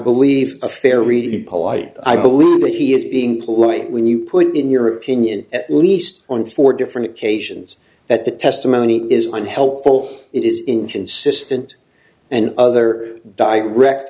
believe a fair reading i believe that he is being polite when you put in your opinion at least on four different occasions that the testimony is unhelpful it is inconsistent and other direct